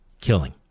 killing